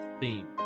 theme